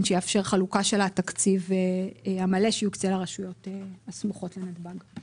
שיאפשר חלוקה של התקציב המלא שיוקצה לרשויות הסמוכות לנתב"ג.